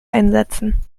einsetzen